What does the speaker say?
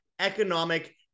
economic